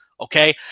Okay